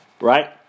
right